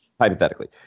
Hypothetically